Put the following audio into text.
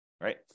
right